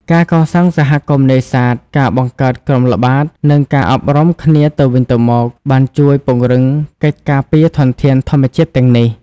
ការកសាងសហគមន៍នេសាទ ការបង្កើតក្រុមល្បាត និងការអប់រំគ្នាទៅវិញទៅមក បានជួយពង្រឹងកិច្ចការពារធនធានធម្មជាតិទាំងនេះ។